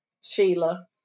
Sheila